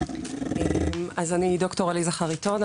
אני ד"ר עליזה חריטון,